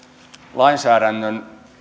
lainsäädännön